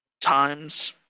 times